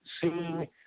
seeing